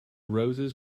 roses